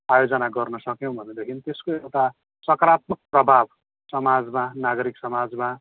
आयोजना गर्न सक्यौँ भनेदेखि त्यसको एउटा सकारात्मक प्रभाव समाजमा नागरिक समाजमा